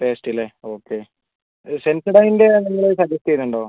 paste അല്ലേ okay സെൻസോഡൈനിന്റെ നിങ്ങൾ സജസ്റ്റ് ചെയ്യുന്നുണ്ടോ